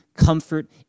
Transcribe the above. comfort